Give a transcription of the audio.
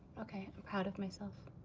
okay. i'm proud of myself.